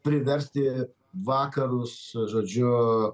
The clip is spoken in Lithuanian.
priversti vakarus žodžiu